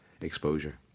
exposure